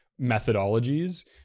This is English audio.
methodologies